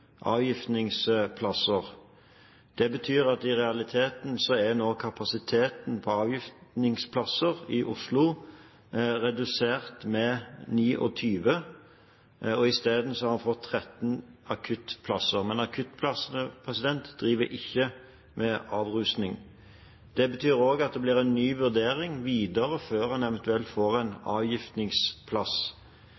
avgiftningsplasser. Det betyr at i realiteten er kapasiteten på avgiftningsplasser i Oslo nå redusert med 29. Isteden har en fått 13 akuttplasser. Men ved de akuttplassene drives ikke avrusning. Det betyr at det blir en ny vurdering videre før en eventuelt får en